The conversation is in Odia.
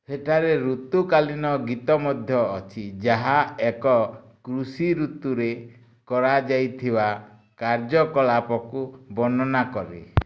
ସେଠାରେ ଋତୁକାଲୀନ ଗୀତ ମଧ୍ୟ ଅଛି ଯାହା ଏକ କୃଷି ଋତୁରେ କରାଯାଇଥିବା କାର୍ଯ୍ୟକଳାପକୁ ବର୍ଣ୍ଣନା କରେ